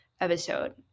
episode